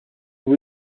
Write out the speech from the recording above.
bout